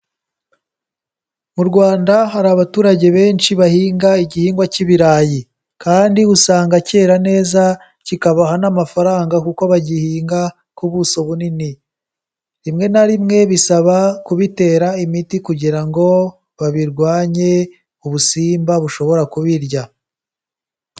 Mu Rwanda hari abaturage benshi bahinga igihingwa cy'ibirayi kandi usanga cyera neza kikabaha n'amafaranga kuko bagihinga ku buso bunini, rimwe na rimwe bisaba kubitera imiti kugira ngo babirwanye ubusimba bushobora kubirya.